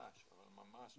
ממש אבל ממש לא.